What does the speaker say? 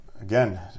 again